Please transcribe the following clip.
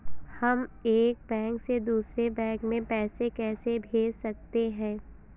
हम एक बैंक से दूसरे बैंक में पैसे कैसे भेज सकते हैं?